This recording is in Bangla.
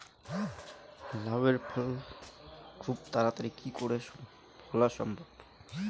লাউ এর ফল খুব তাড়াতাড়ি কি করে ফলা সম্ভব?